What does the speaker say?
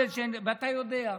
ואתה יודע,